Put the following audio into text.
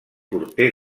porter